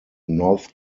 north